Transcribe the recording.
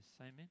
Amen